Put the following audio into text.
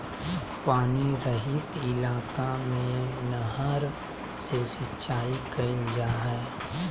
पानी रहित इलाका में नहर से सिंचाई कईल जा हइ